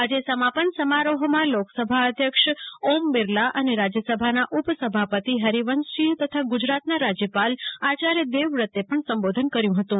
આજે સમાપન સમારોહમાં લોકસભા અધ્યક્ષ ઓમ બિરલા અને રાજ્ય સભાના ઉપસભાપતિ હરિવંશસિંહ તથા ગુજરાતના રાજ્યપાલ આચાર્ય દેવવ્રત પણ સંબોધન કર્યું હતું